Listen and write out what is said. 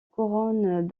couronne